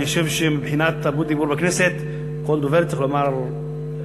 אני חושב שמבחינת תרבות דיבור בכנסת כל דובר צריך לומר "היושב-ראש",